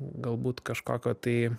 galbūt kažkokio tai